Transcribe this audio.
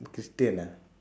christian ah